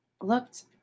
looked